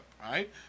right